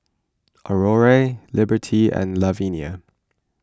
Aurore Liberty and Lavinia